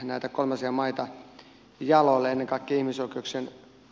näitä kolmansia maita jaloilleen kaikkien sokoksen e